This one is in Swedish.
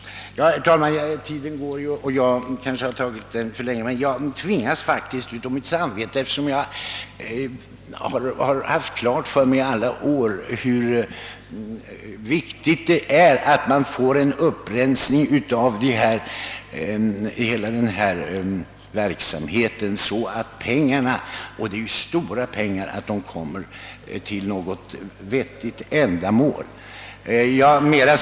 Jag har kanske nu upptagit tiden ailtför länge, men jag har faktiskt av mitt samvete tvingats att ta till orda i denna sak. Jag har nämligen under många år haft klart för mig hur viktigt det är med en upprensning av hela den verksam het det här gäller, så att de stora summor det rör sig om kan användas på riktigt sätt för riktiga ändamål. Herr talman!